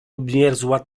obmierzła